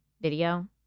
video